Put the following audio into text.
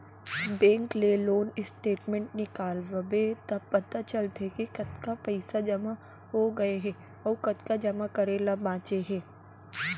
bank ले loan statement निकलवाबे त पता चलथे के कतका पइसा जमा हो गए हे अउ कतका जमा करे ल बांचे हे